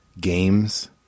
games